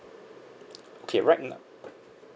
okay right now